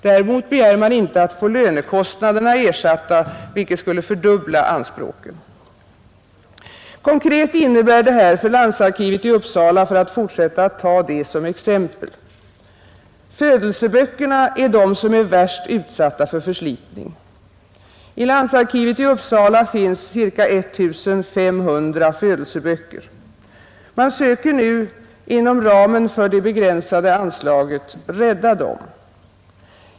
Däremot begär man inte att få lönekostnaderna ersatta, vilket skulle fördubbla anspråken. Konkret innebär detta för landsarkivet i Uppsala, för att fortsätta att ta det som exempel: Födelseböckerna är värst utsatta för förslitning. I landsarkivet finns ca 1 500 födelseböcker. Man försöker nu inom ramen för det begränsade anslaget rädda dessa.